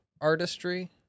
artistry